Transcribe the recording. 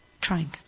trying